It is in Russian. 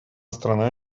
страна